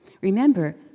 Remember